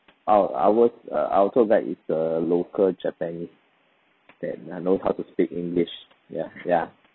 our ours err our tour guide is a local japanese and uh know how to speak english ya ya